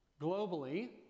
Globally